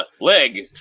Leg